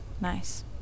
Nice